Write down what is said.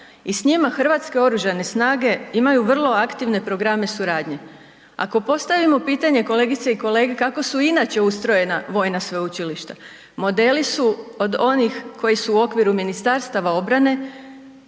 i s njima Hrvatske oružane snage imaju vrlo aktivne programe suradnje. Ako postavimo pitanje kolegice i kolege, kako su inače ustrojena vojna sveučilišta, modeli su od onih koji su u okviru Ministarstava obrane